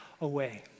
away